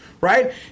Right